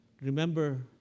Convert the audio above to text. Remember